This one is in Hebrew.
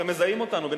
הרי מזהים אותנו.